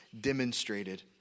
demonstrated